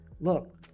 look